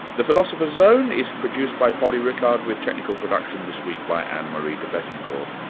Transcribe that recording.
the philosopher's zone is produced by polly rickard with technical production this week by anne-marie debettencor